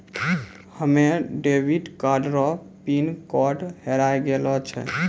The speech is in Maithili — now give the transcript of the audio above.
हमे डेबिट कार्ड रो पिन कोड हेराय गेलो छै